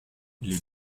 les